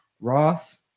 Ross